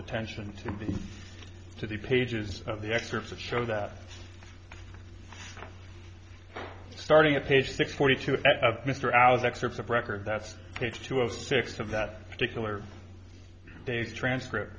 attention to the pages of the excerpts of show that starting at page six forty two of mr ows excerpts of record that's page two of six of that particular day transcript